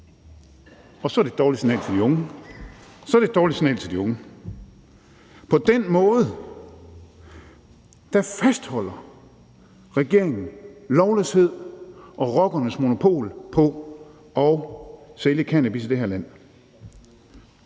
– så er det et dårligt signal til de unge. På den måde fastholder regeringen lovløshed og rockernes monopol på at sælge cannabis i det her land.